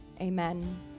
Amen